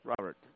Robert